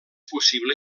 possible